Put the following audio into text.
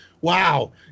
Wow